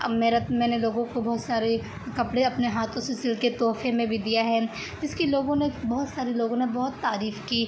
اب میرا میں نے لوگوں کو بہت سارے کپڑے اپنے ہاتھوں سے سل کے تحفے میں بھی دیا ہے اس کی لوگوں نے بہت سارے لوگوں نے بہت تعریف کی